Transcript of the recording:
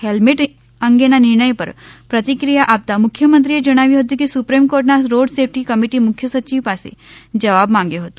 helmet અંગેના નિર્ણય પર પ્રતિક્રિયા આપતામુખ્યમંત્રીએ જણાવ્યું હતું કે સુપ્રિમ કોર્ટની રોડ સેફ્ટી કમિટી મુખ્યસચિવ પાસે જવાબ માંગ્યો હતો